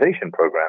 program